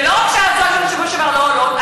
ולא רק שההצעות מהשבוע שעבר לא עולות,